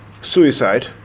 Suicide